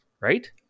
right